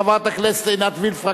חברת הכנסת עינת וילף,